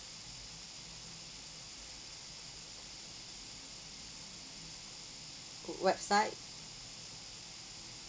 put website